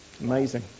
Amazing